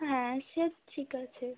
হ্যাঁ সে ঠিক আছে